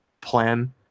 plan